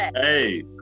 Hey